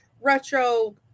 retro